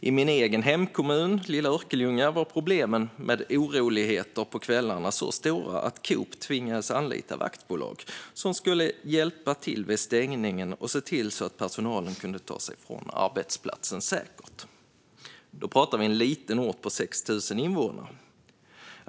I min egen hemkommun, lilla Örkelljunga, var problemen med oroligheter på kvällarna så stora att Coop tvingades anlita vaktbolag som skulle hjälpa till vid stängningen och se till att personalen kunde ta sig från arbetsplatsen säkert. Då pratar vi om en liten ort med 6 000 invånare.